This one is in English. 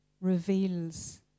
reveals